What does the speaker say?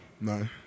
No